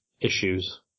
issues